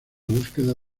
búsqueda